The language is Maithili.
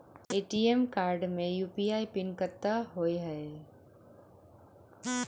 ए.टी.एम कार्ड मे यु.पी.आई पिन कतह होइ है?